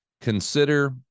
consider